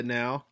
now